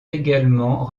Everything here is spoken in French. également